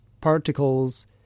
particles